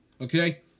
okay